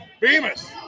Bemis